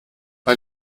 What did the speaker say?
bei